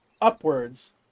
upwards